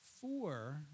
Four